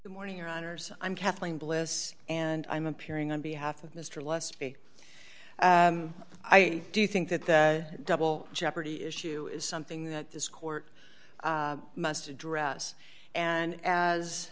the morning your honour's i'm kathleen bliss and i'm appearing on behalf of mr lester i do think that the double jeopardy issue is something that this court must address and as